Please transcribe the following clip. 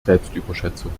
selbstüberschätzung